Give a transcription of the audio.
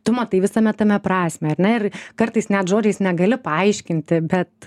tu matai visame tame prasmę ar ne ir kartais net žodžiais negali paaiškinti bet